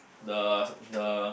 the the